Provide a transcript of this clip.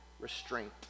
Restraint